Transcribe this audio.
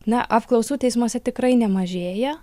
na apklausų teismuose tikrai nemažėja